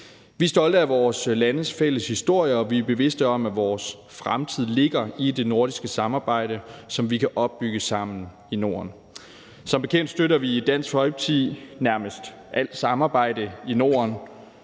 Vi er stolte af vores landes fælles historie, og vi er bevidste om, at vores fremtid ligger i det nordiske samarbejde, som vi kan opbygge sammen i Norden. Som bekendt støtter vi i Dansk Folkeparti nærmest alt samarbejde i Norden.